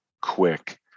quick